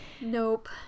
Nope